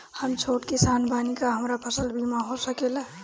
हम छोट किसान बानी का हमरा फसल बीमा हो सकेला?